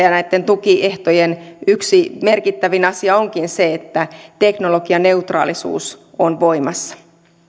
siitä mikä näitten tukiehtojen yksi merkittävin asia onkin että teknologianeutraalisuus on voimassa